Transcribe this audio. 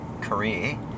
career